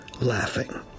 laughing